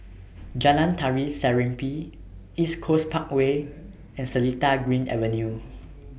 Jalan Tari Serimpi East Coast Parkway and Seletar Green Avenue